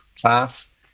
class